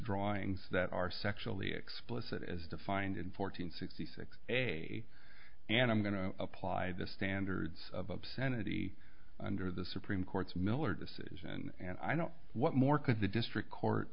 drawings that are sexually explicit as defined in four hundred sixty six a and i'm going to apply the standards of obscenity under the supreme court's miller decision and i don't what more could the district court